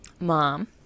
mom